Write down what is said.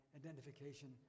identification